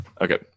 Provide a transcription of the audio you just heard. Okay